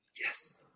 Yes